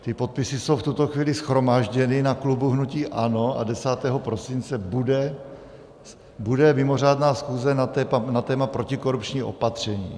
Ty podpisy jsou v tuto chvíli shromážděny na klubu hnutí ANO a 10. prosince bude mimořádná schůze na téma protikorupční opatření.